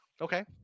Okay